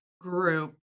group